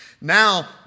Now